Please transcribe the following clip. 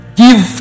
give